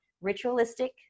ritualistic